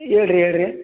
ಹೇಳ್ ರೀ ಹೇಳ್ ರೀ